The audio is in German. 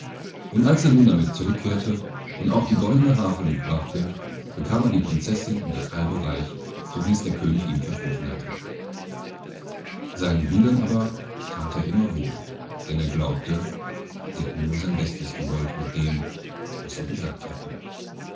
und als er nun damit zurückkehrte und auch die goldne harfe mitbrachte bekam er die prinzessinn und das halbe reich so wie der könig es ihm versprochen hatte seinen brüdern aber that er immer wohl denn er glaubte sie hätten nur sein bestes gewollt mit dem was sie gesagt hatten